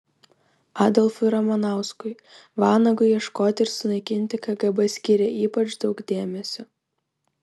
adolfui ramanauskui vanagui ieškoti ir sunaikinti kgb skyrė ypač daug dėmesio